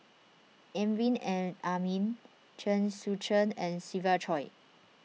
Amrin and Amin Chen Sucheng and Siva Choy